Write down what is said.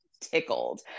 tickled